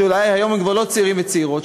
שאולי היום הם כבר לא צעירים וצעירות,